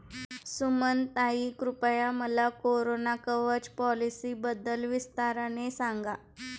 सुमनताई, कृपया मला कोरोना कवच पॉलिसीबद्दल विस्ताराने सांगा